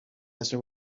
desert